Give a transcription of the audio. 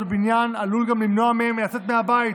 הבניין עלול גם למנוע מהם לצאת מהבית,